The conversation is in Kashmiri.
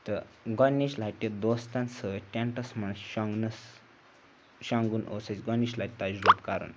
تہٕ گۄڈنِچ لَٹہِ دوستَن سۭتۍ ٹٮ۪نٛٹَس منٛز شوٚنٛگنَس شوٚنٛگُن اوس اَسہِ گۄڈنِچ لَٹہِ تجرُبہٕ کَرُن